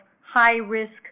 high-risk